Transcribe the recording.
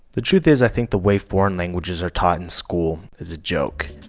the truth is, i think the way foreign languages are taught in school is a joke.